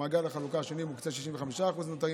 במעגל החלוקה השני מוקצים 65% הנותרים